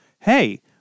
Hey